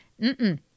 Mm-mm